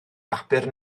bapur